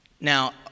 Now